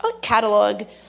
catalog